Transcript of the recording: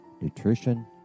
nutrition